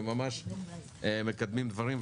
וממש מקדמים דברים.